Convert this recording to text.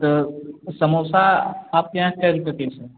तो समोसा आपके यहाँ कै रुपये पीस है